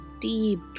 deep